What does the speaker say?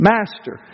Master